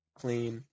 clean